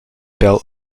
belt